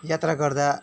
यात्रा गर्दा